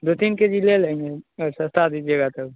दो तीन केजी ले लेंगे अगर सस्ता दीजिएगा तब